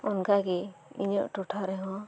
ᱚᱱᱠᱟᱜᱮ ᱤᱧᱟᱹᱜ ᱴᱚᱴᱷᱟ ᱨᱮᱦᱚᱸ